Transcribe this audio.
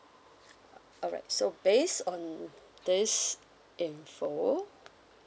ah alright so base on this info